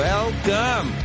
Welcome